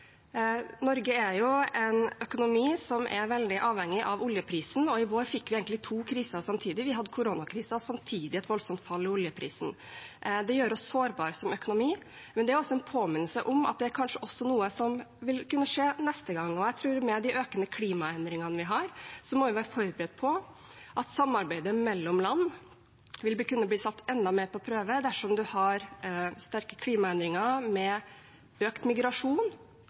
Norge er en økonomi som er veldig avhengig av oljeprisen, og i vår fikk vi egentlig to kriser samtidig, koronakrisen og et voldsomt fall i oljeprisen. Det gjør oss sårbare som økonomi, men det er en påminnelse om at det også vil kunne skje neste gang. Jeg tror at med de økende klimaendringene må vi være forberedt på at samarbeidet mellom land vil kunne bli satt enda mer på prøve, dersom man har sterke klimaendringer med økt migrasjon